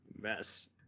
mess